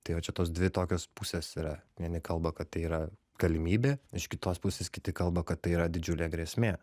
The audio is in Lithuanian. tai va čia tos dvi tokios pusės yra vieni kalba kad tai yra galimybė iš kitos pusės kiti kalba kad tai yra didžiulė grėsmė